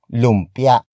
lumpia